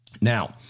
Now